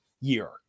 year